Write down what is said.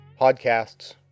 podcasts